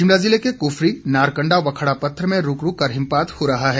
शिमला जिला के कुफरी नारकंडा व खड़ापत्थर में रूक रूक कर हिमपात हो रहा है